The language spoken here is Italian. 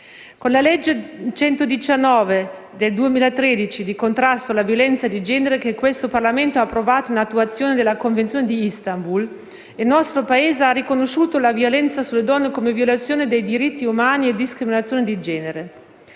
Con la legge n. 119 del 2013 di contrasto alla violenza di genere, che questo Parlamento ha approvato in attuazione della Convenzione di Istanbul, il nostro Paese ha riconosciuto la violenza sulle donne come violazione dei diritti umani e discriminazione di genere;